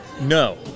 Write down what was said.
No